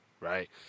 right